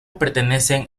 pertenecen